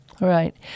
Right